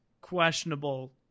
questionable